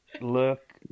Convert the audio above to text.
look